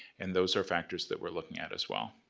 and those are factors that we're looking at, as well.